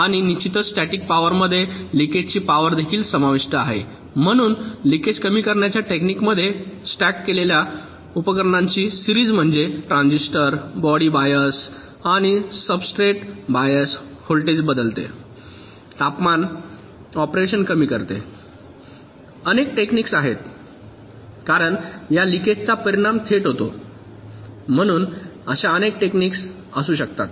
आणि निश्चितच स्टॅटिक पॉवरमध्ये लिकेज ची पॉवर देखील समाविष्ट आहे म्हणून लिकेज कमी करण्याच्या टेक्निकमध्ये स्टॅक केलेल्या उपकरणांची सिरीज म्हणजे ट्रान्झिस्टर बॉडी बायस आम्ही सबस्ट्रेट बायस व्होल्टेज बदलतो तापमान ऑपरेशन कमी करतो अनेक टेक्निक्स आहेत कारण या लिकेज चा परिणाम थेट होतो म्हणून अशा अनेक टेक्निक्स असू शकतात